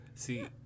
See